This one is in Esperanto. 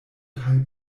kaj